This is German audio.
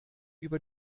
über